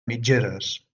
mitgeres